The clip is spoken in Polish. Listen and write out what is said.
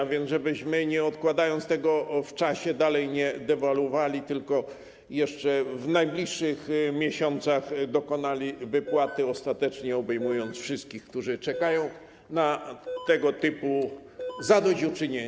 Chodzi o to, żebyśmy nie odkładali tego w czasie i dalej nie dewaluowali, tylko jeszcze w najbliższych miesiącach dokonali wypłaty, ostatecznie obejmując wszystkich, którzy czekają na tego typu zadośćuczynienie.